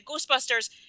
Ghostbusters